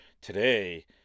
today